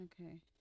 Okay